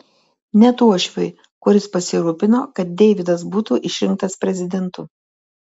net uošviui kuris pasirūpino kad deividas būtų išrinktas prezidentu